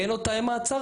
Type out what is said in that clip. אין עוד תאי מעצר?